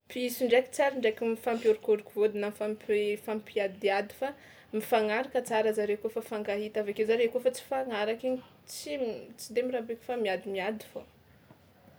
Piso ndraiky tsary ndraiky mifampiôrokôroko vôdy na fampi- fampiadiady fa mifagnaraka tsara zareo kaofa fankahita avy akeo zareo kaofa tsy fagnaraka igny tsy m- tsy de mirabeky fa miadimiady fao.